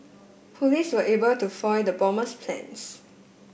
police were able to foil the bomber's plans